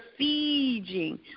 sieging